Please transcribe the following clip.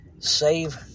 Save